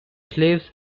slaves